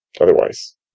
otherwise